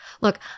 Look